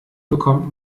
bekommt